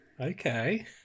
Okay